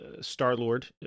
Star-Lord